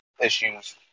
issues